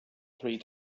three